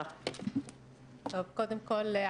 קודם כול,